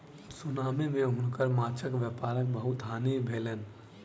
tsunami मे हुनकर माँछक व्यापारक बहुत हानि भेलैन